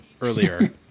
earlier